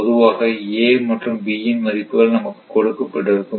பொதுவாக a மற்றும் b யின் மதிப்புகள் நமக்குக் கொடுக்கப்பட்டிருக்கும்